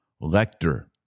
lector